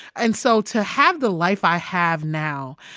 and so to have the life i have now,